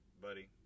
Buddy